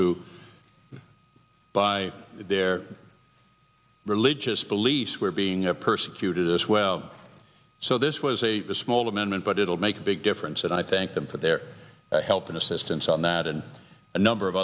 who by their religious beliefs were being a persecuted as well so this was a small amendment but it will make a big difference and i thank them for their help and assistance on that and a number of